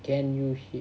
can you hear